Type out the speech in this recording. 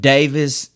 Davis